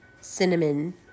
cinnamon